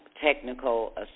Technical